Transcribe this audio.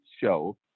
show